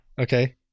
Okay